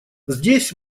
здесь